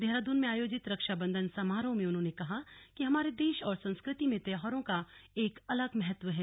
देहरादून में आयोजित रक्षाबंधन समारोह में उन्होंने कहा कि हमारे देश और संस्कृति में त्योहारों का एक अलग महत्व है